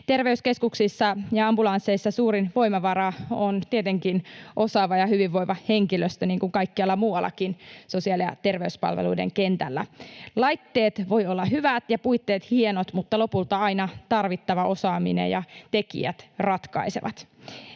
Terveyskeskuksissa ja ambulansseissa suurin voimavara on tietenkin osaava ja hyvinvoiva henkilöstö niin kuin kaikkialla muuallakin sosiaali- ja terveyspalveluiden kentällä. Laitteet voivat olla hyvät ja puitteet hienot, mutta lopulta aina tarvittava osaaminen ja tekijät ratkaisevat.